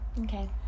Okay